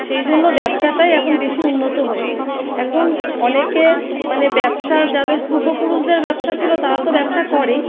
সেই জন্য ব্যবসাটাই এখন বেশি উন্নত হয়েছে এখন অনেকে মানে ব্যবসা যাদের পূর্বপুরুষদের ব্যবসা ছিল তারা তো ব্যবসা করেই